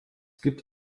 gibt